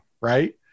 right